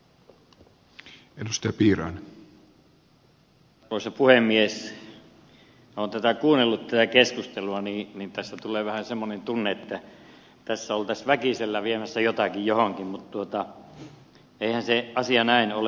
kun minä olen kuunnellut tätä keskustelua niin tästä tulee vähän semmoinen tunne että tässä oltaisiin väkisellä viemässä jotakin johonkin mutta eihän se asia näin ole